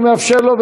אני מאפשר לו,